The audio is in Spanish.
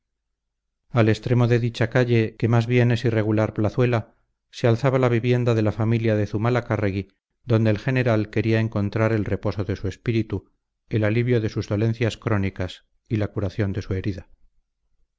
al extremo de dicha calle que más bien es irregular plazuela se alzaba la vivienda de la familia de zumalacárregui donde el general quería encontrar el reposo de su espíritu el alivio de sus dolencias crónicas y la curación de su herida